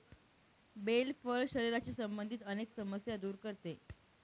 bell फळ शरीराशी संबंधित अनेक समस्या दूर करते